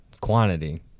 quantity